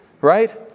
right